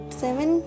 seven